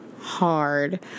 hard